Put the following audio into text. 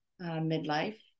midlife